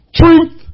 truth